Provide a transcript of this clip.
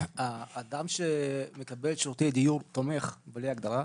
האדם שמקבל שירותי דיור תומך בלי הגדרה,